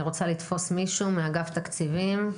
אני רוצה לתפוס מישהו מאגף תקציבים.